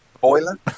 Boiler